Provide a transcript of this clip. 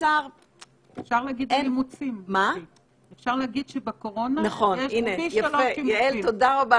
אפשר להגיד שבקורונה יש פי שלושה אימוצים.